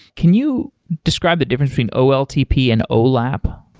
can you describe the difference between oltp and olap?